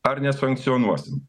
ar nesankcionuosim